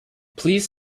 please